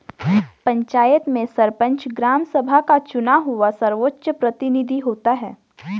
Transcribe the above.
पंचायत में सरपंच, ग्राम सभा का चुना हुआ सर्वोच्च प्रतिनिधि होता है